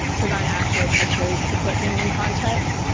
provide actual pictures to put things in context.